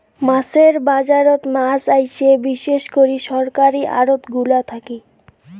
মাছের বাজারত মাছ আইসে বিশেষ করি সরকারী আড়তগুলা থাকি